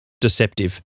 deceptive